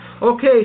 Okay